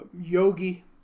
yogi